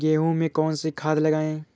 गेहूँ में कौनसी खाद लगाएँ?